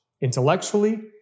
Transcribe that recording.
intellectually